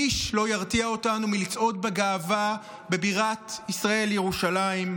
איש לא ירתיע אותנו מלצעוד בגאווה בבירת ישראל ירושלים,